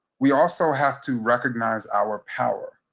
we also have to recognize our power.